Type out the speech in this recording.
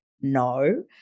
No